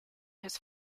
his